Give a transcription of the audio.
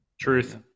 Truth